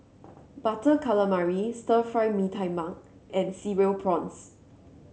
Butter Calamari Stir Fry Mee Tai Mak and Cereal Prawns